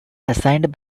assigned